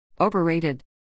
Overrated